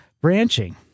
branching